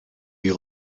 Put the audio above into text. you